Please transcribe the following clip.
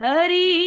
Hari